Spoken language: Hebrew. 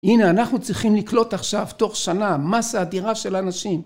הנה, אנחנו צריכים לקלוט עכשיו, תוך שנה, מסה אדירה של אנשים.